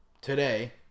today